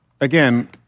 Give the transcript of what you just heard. again